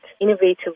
innovative